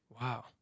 Wow